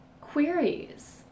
queries